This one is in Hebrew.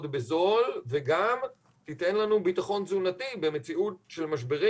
בזול וגם תיתן לנו ביטחון תזונתי במציאות של משברים.